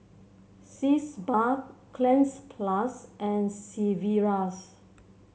Sitz Bath Cleanz Plus and Sigvaris